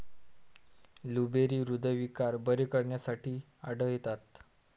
blueberry हृदयविकार बरे करण्यासाठी आढळतात